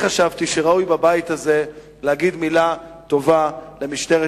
אני חשבתי שראוי בבית הזה להגיד מלה טובה למשטרת